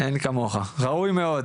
אין כמוך, ראוי מאוד.